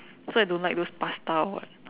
so I don't like those pasta or what